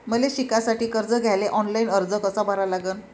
मले शिकासाठी कर्ज घ्याले ऑनलाईन अर्ज कसा भरा लागन?